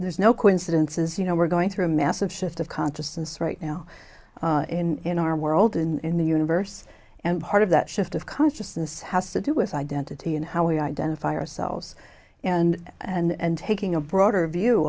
there's no coincidences you know we're going through a massive shift of consciousness right now in our world in the universe and part of that shift of consciousness has to do with identity and how we identify ourselves and and taking a broader view